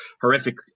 horrific